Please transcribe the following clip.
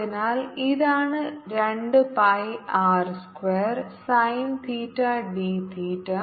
അതിനാൽ ഇതാണ് 2 pi R square sine theta d തീറ്റ